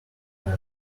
file